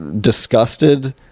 disgusted